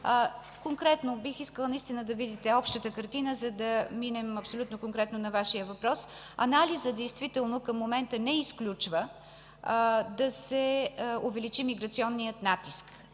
Конкретно бих искала наистина да видите общата картина, за да минем абсолютно конкретно на Вашия въпрос. Анализът действително към момента не изключва да се увеличи миграционният натиск.